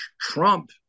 Trump